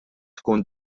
tkun